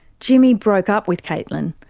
jimmy broke up with caitlin,